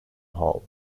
hall